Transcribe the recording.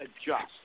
adjust